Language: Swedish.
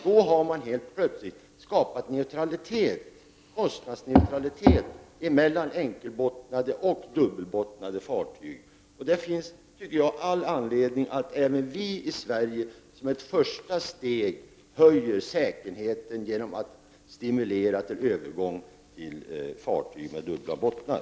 Det har lett till att kostnadsneutralitet har skapats mellan enkelbottnade och dubbelbottnade fartyg. Därför finns det all anledning även för oss i Sverige att som ett första steg höja säkerheten genom att stimulera en övergång till fartyg med dubbla bottnar.